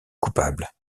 coupable